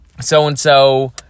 so-and-so